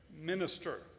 minister